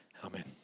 Amen